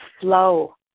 flow